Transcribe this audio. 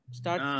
start